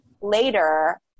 later